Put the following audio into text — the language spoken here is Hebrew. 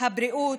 הבריאות,